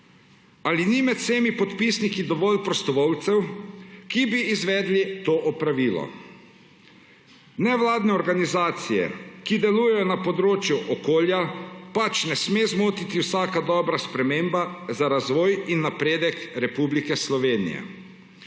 Ali ni med vsemi podpisniki dovolj prostovoljcev, ki bi izvedli to opravilo? Nevladne organizacije, ki delujejo na področju okolja, pač ne sme zmotiti vsaka dobra sprememba za razvoj in napredek Republike Slovenije.